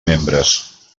membres